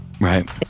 right